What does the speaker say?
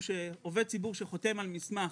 שעובד ציבור שחותם על מסמך,